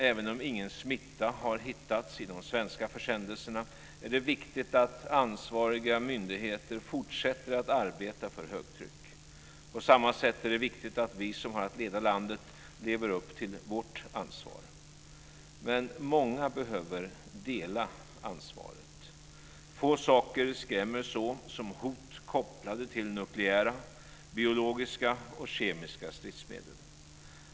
Även om ingen smitta har hittats i de svenska försändelserna är det viktigt att ansvariga myndigheter fortsätter att arbeta för högtryck. På samma sätt är det viktigt att vi som har att leda landet lever upp till vårt ansvar. Men många behöver dela ansvaret. Få saker skrämmer så som hot kopplade till nukleära, biologiska och kemiska stridsmedel.